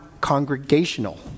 congregational